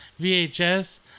VHS